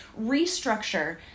restructure